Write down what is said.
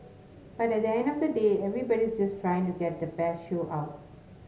but at the end of the day everybody's just trying to get the best show out